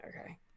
okay